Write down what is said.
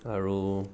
আৰু